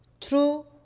true